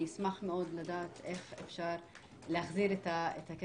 אני אשמח מאוד לדעת איך אפשר להחזיר את הכסף